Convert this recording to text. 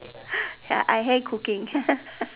ya I hate cooking